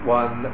one